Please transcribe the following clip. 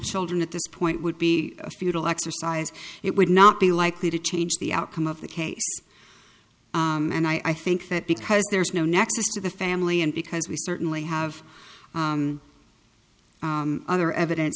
children at this point would be a futile exercise it would not be likely to change the outcome of the case and i think that because there is no nexus to the family and because we certainly have other eviden